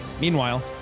Meanwhile